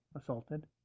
assaulted